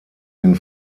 den